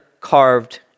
carved